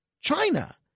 China